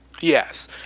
Yes